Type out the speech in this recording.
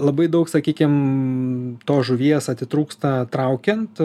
labai daug sakykim tos žuvies atitrūksta traukiant